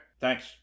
Thanks